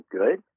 good